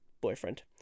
boyfriend